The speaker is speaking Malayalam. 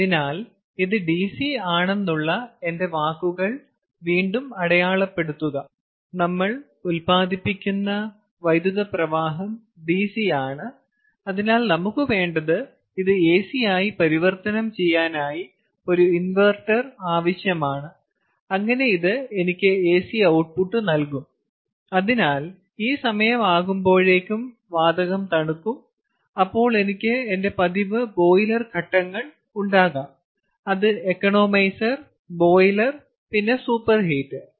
അതിനാൽ ഇത് DC ആണെന്നുള്ള എന്റെ വാക്കുകൾ വീണ്ടും അടയാളപ്പെടുത്തുക അതിനാൽ ഉത്പാദിപ്പിക്കുന്ന വൈദ്യുത പ്രവാഹം DC ആണ് അതിനാൽ നമുക്ക് വേണ്ടത് ഇത് AC ആയി പരിവർത്തനം ചെയ്യാനായി ഒരു ഇൻവെർട്ടർ ആവശ്യമാണ് അങ്ങനെ ഇത് എനിക്ക് AC ഔട്ട്പുട്ട് നൽകും അതിനാൽ ഈ സമയമാകുമ്പോഴേക്കും വാതകം തണുത്തു അപ്പോൾ എനിക്ക് എന്റെ പതിവ് ബോയിലർ ഘട്ടങ്ങൾ ഉണ്ടാകാം അത് എക്കണോമൈസർ ബോയിലർ പിന്നെ സൂപ്പർഹീറ്റർ